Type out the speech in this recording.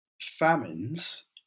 famines